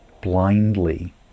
blindly